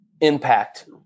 impact